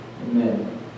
Amen